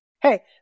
Hey